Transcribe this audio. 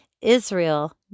Israel